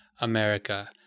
America